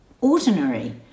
ordinary